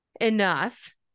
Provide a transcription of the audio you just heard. enough